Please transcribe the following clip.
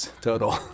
total